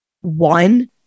one